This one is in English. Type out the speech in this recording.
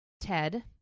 Ted